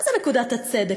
מה זה נקודת הצדק?